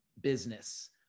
business